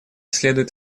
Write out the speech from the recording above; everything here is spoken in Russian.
следует